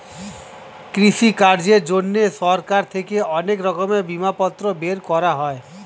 কৃষিকাজের জন্যে সরকার থেকে অনেক রকমের বিমাপত্র বের করা হয়